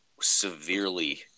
severely